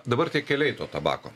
dabar tie keliai to tabako